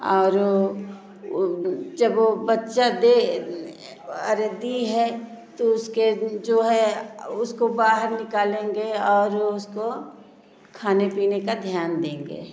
और जब वह बच्चा दे और दी है तो उसके जो है उसको बाहर निकालेंगे और उसके खाने पीने का ध्यान देंगे